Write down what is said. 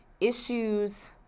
issues